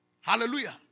Hallelujah